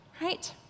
Right